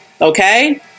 okay